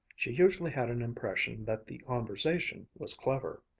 she usually had an impression that the conversation was clever.